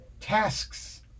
Tasks